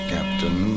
Captain